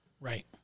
Right